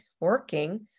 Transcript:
working